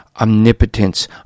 omnipotence